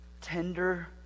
tender